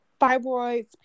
fibroids